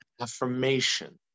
affirmation